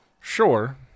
Sure